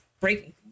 Breaking